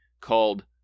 called